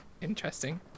interesting